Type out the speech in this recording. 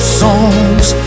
songs